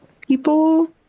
people